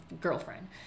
girlfriend